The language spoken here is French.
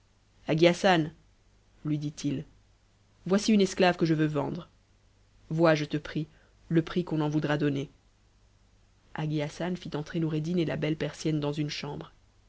hassan lui dtt it voici une esclave que je veux vendre vois je te prie je prix qu'on en vou donner hagi hassan fit entrer noureddin et la belle persienne dans une cham